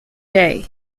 day